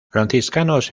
franciscanos